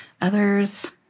others